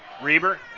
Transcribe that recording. Reber